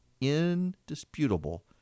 indisputable